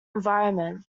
environment